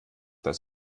das